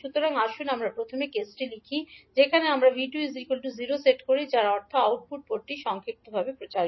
সুতরাং আসুন আমরা প্রথমে কেসটি লিখি যেখানে আমরা 𝐕2 0 সেট করি যার অর্থ আউটপুট পোর্টটি সংক্ষিপ্ত প্রচারিত